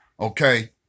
okay